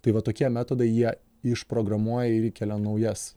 tai va tokie metodai jie išprogramuoja ir įkelia naujas